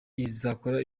izakora